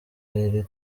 iri